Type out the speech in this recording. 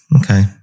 okay